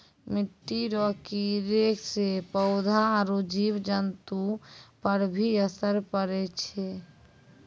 मिट्टी रो कीड़े से पौधा आरु जीव जन्तु पर भी असर पड़ै छै